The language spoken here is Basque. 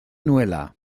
nuela